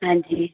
हां जी